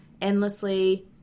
endlessly